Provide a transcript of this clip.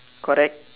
correct